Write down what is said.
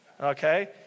Okay